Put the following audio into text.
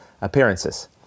appearances